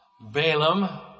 Balaam